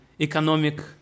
economic